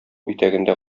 итәгендә